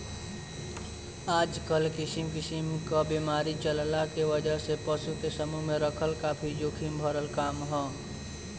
आजकल किसिम किसिम क बीमारी चलला के वजह से पशु के समूह में रखल काफी जोखिम भरल काम ह